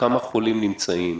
כמה חולים נמצאים,